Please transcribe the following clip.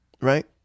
right